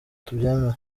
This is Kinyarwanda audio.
tubyemera